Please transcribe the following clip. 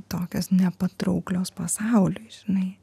tokios nepatrauklios pasauliui žinai